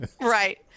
Right